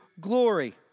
glory